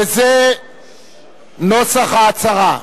וזה נוסח ההצהרה,